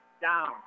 down